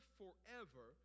forever